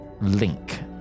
Link